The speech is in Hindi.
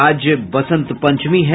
और आज बसंत पंचमी है